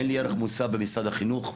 אין לי ערך מוסף במשרד החינוך,